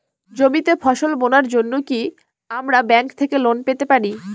জমিতে ফসল বোনার জন্য কি আমরা ব্যঙ্ক থেকে লোন পেতে পারি?